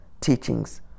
teachings